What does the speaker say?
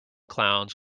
clowns